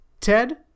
Ted